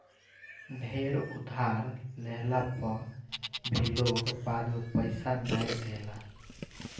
ढेर उधार लेहला पअ भी लोग बाद में पईसा नाइ देला